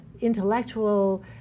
intellectual